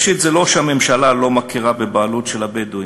ראשית, זה לא שהממשלה לא מכירה בבעלות של הבדואים,